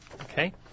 okay